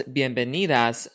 bienvenidas